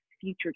future